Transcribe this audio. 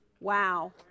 Wow